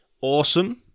Awesome